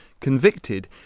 Convicted